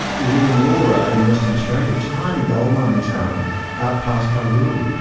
leonora in western australia, a tiny goldmining town out past kalgoorlie,